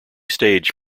stage